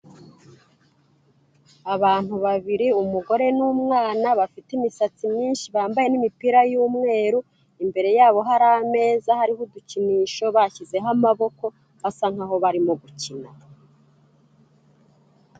Abantu babiri umugore n'umwana bafite imisatsi myinshi bambaye n'imipira y'umweru, imbere yabo hari ameza hariho udukinisho bashyizeho amaboko basa nkaho barimo gukina.